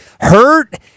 hurt